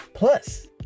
Plus